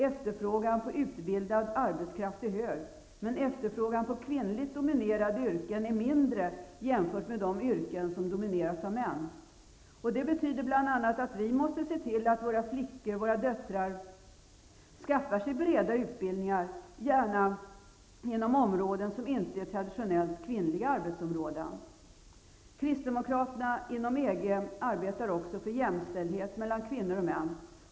Efterfrågan på utbildad arbetskraft är hög, men efterfrågan på kvinnligt dominerade yrken är mindre jämfört med de yrken som domineras av män. Det betyder bl.a. att vi måste se till att våra flickor, våra döttrar, skaffar sig breda utbildningar, gärna inom områden som inte är traditionellt kvinnliga arbetsområden. Kristdemokraterna inom EG arbetar också för jämställdhet mellan kvinnor och män.